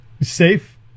safe